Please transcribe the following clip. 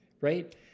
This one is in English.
right